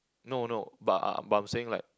no no but but I'm saying like